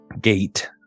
gate